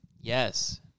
Yes